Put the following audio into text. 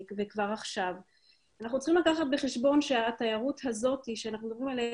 אנחנו צריכים לקחת בחשבון שהתיירות הזאת שאנחנו מדברים עליה